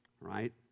Right